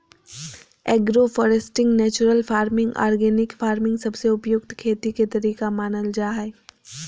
agro foresting, natural farming, organic farming सबसे उपयुक्त खेती के तरीका मानल जा हय